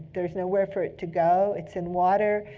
there's nowhere for it to go. it's in water,